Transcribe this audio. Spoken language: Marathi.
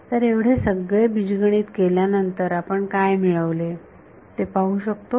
तर एवढे सगळे बीजगणित केल्यानंतर आपण काय मिळवले ते पाहू शकतो